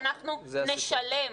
אל מול המחיר החברתי הקשה שאנחנו נשלם,